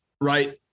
right